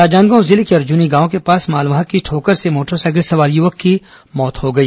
राजनांदगांव जिले के अर्जुनी गांव के पास मालवाहक की ठोकर से मोटरसाइकिल सवार युवक की मौत हो गई